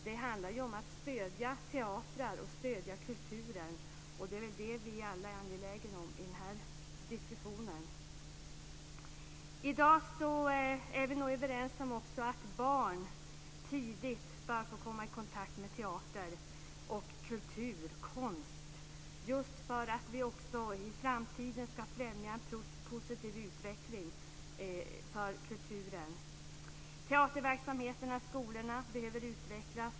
Det handlar om att stödja teatrar och kulturen. Det är vi väl alla angelägna om i den här diskussionen. I dag är vi nog också överens om att barn tidigt ska få komma i kontakt med teater, kultur och konst. Det är just för att vi också i framtiden ska främja en positiv utveckling för kulturen. Teaterverksamheten i skolorna behöver utvecklas.